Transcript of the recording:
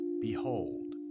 behold